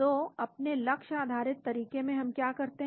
तो अपने लक्ष्य आधारित तरीके में हम क्या करते हैं